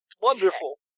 Wonderful